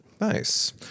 nice